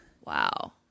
Wow